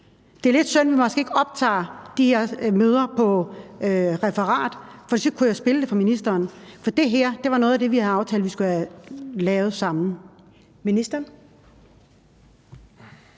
måske lidt synd, at vi ikke optager de her møder til referat, for så kunne jeg spille det for ministeren. For det her var noget af det, vi havde aftalt at vi skulle have lavet sammen.